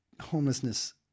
homelessness